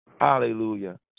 Hallelujah